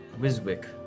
Wiswick